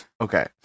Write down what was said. Okay